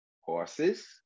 horses